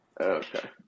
Okay